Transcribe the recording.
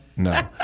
No